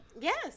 yes